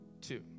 Two